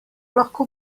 lahko